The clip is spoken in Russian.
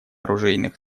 оружейных